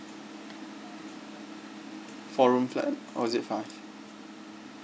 four room flat or is it five